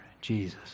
Jesus